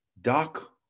Doc